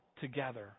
together